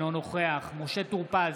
אינו נוכח משה טור פז,